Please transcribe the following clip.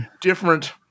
different